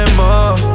more